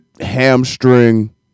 hamstring